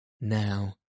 now